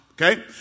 okay